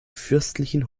fürstlichen